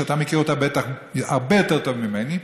שאתה מכיר אותה בטח הרבה יותר טוב ממני,